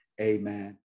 Amen